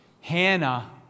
Hannah